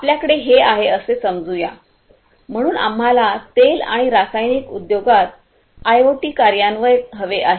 आपल्याकडे हे आहे असे समजू या म्हणून आम्हाला तेल आणि रासायनिक उद्योगात आयओटी कार्यान्वयन हवे आहे